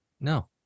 no